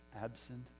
absent